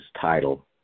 title